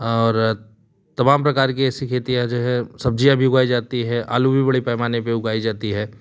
और तमाम प्रकार की ऐसी खेतियाँ जो है सब्जियाँ भी उगाई जाती है आलू भी बड़ी पैमाने पर उगाया जाता है